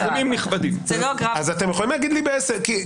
אז אתם יכולים להגיד לי בעסק,